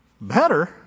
better